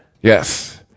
Yes